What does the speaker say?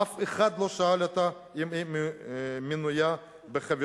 אף אחד לא שאל אותה אם היא מנויה בחבילה.